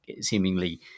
seemingly